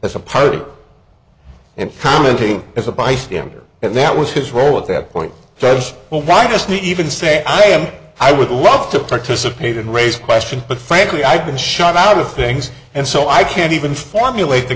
as a party and commentator as a bystander and that was his role at that point that's why this need even say i am i would love to participate and raise questions but frankly i've been shut out of things and so i can't even formulate the